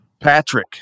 Patrick